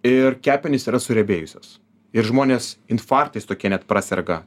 ir kepenys yra suriebėjusios ir žmonės infarktais tokie net praserga